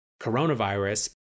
coronavirus